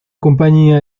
compañía